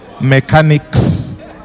mechanics